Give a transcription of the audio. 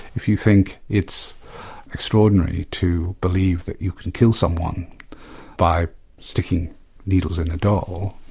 if you think it's extraordinary to believe that you can kill someone by sticking needles in a doll,